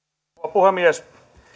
puhemies